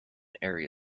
area